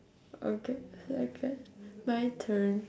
okay okay my turn